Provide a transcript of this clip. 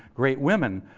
great women.